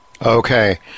Okay